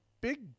big